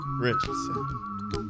Richardson